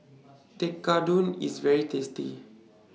Tekkadon IS very tasty